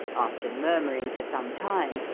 after murmuring for some time,